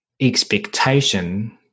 expectation